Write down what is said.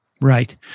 Right